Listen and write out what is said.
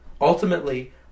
Ultimately